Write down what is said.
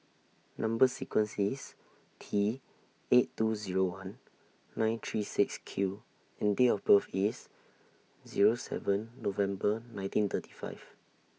Number sequence IS T eight two Zero one nine three six Q and Date of birth IS Zero seven November nineteen thirty five